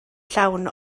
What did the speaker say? llawn